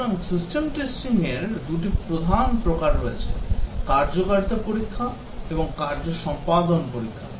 সুতরাং সিস্টেম টেস্টিংয়ে র দুটি প্রধান প্রকার রয়েছে কার্যকারিতা পরীক্ষা এবং কার্য সম্পাদন পরীক্ষা